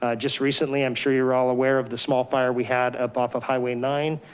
ah just recently, i'm sure you're all aware of the small fire we had ah off of highway nine.